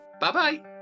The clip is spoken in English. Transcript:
Bye-bye